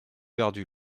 perdu